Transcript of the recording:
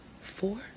four